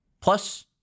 plus